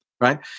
right